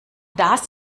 das